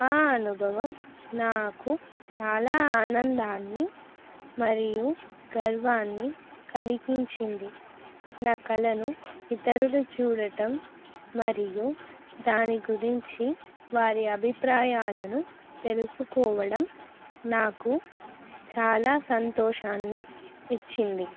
ఆ అనుభవం నాకు చాలా ఆనందాన్ని మరియు గర్వాన్ని కలిగించింది నా కళను ఇతరులు చూడటం మరియు దాని గురించి వారి అభిప్రాయాలను తెలుసుకోవడం నాకు చాలా సంతోషాన్ని ఇచ్చింది